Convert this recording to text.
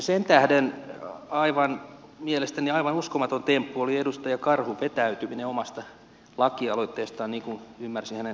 sen tähden mielestäni aivan uskomaton temppu oli edustaja karhun vetäytyminen omasta lakialoitteestaan niin kuin ymmärsin hänen puheenvuorostaan hänen tehneen